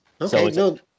Okay